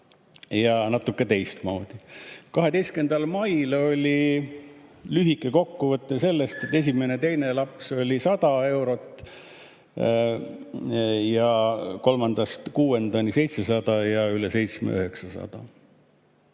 ja natuke teistmoodi. 12. mail oli lühike kokkuvõte sellest, et esimene ja teine laps oli 100 eurot, kolmandast kuuendani 700 ja üle